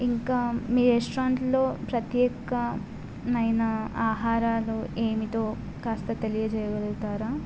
ఇంకా మీ రెస్టారెంట్లో ప్రత్యేకమైన ఆహారాలు ఏమిటో కాస్త తెలియజేయగలుగుతారా